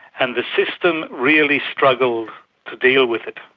and the system really struggled to deal with it.